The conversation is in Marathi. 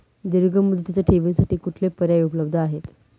दीर्घ मुदतीच्या ठेवींसाठी कुठले पर्याय उपलब्ध आहेत?